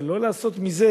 אבל לא לעשות מזה